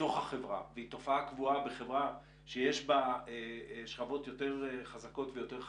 בתוך חברה שיש בה שכבות יותר חזקות ושכבות יותר חלשות,